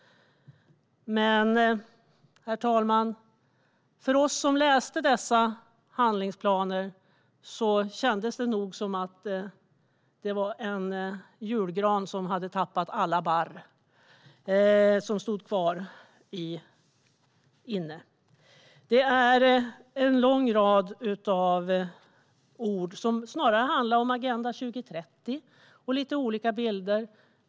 Men för oss som läste dessa handlingsplaner kändes det som att det var en julgran som stod kvar inne och hade tappat alla barr. Det är en lång rad ord som snarare handlar om Agenda 2030 och lite olika bilder.